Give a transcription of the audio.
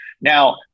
Now